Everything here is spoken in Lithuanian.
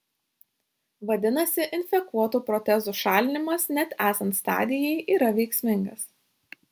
vadinasi infekuotų protezų šalinimas net esant stadijai yra veiksmingas